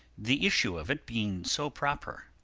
the issue of it being so proper.